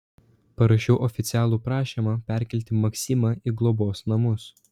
parašiau oficialų prašymą perkelti maksimą į globos namus